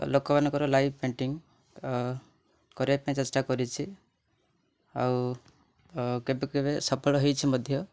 ଲୋକମାନଙ୍କର live painting କରିବା ପାଇଁ ଚେଷ୍ଟା କରିଛି ଆଉ କେବେ କେବେ ସଫଳ ହୋଇଛି ମଧ୍ୟ